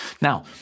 Now